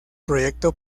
proyecto